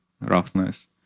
roughness